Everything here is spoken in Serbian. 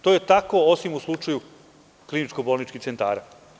To je tako, osim u slučaju kliničko-bolničkih centara.